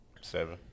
Seven